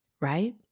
Right